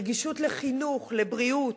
נגישות לחינוך, לבריאות,